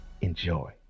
enjoy